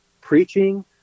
preaching